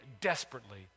desperately